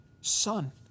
Son